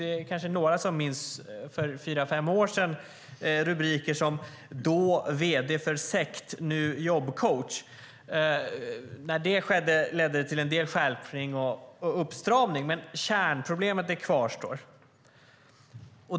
Vi är kanske några som minns rubriker för fyra fem år sedan som "Då: vd för sekt - nu: jobbcoach". När det skedde ledde det till en del skärpning och uppstramning, men kärnproblemet kvarstår.